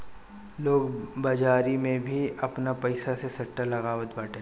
लोग बाजारी में भी आपनी पईसा से सट्टा लगावत बाटे